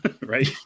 right